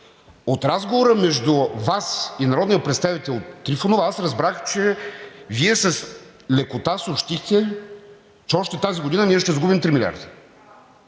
От разговора между Вас и народния представител Трифонова аз разбрах, че Вие с лекота съобщихте, че още тази година ние ще загубим три милиарда.